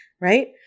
Right